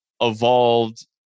evolved